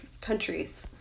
countries